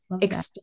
explain